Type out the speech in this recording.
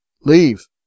Leave